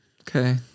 okay